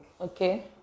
Okay